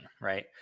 right